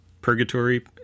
purgatory